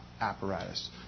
apparatus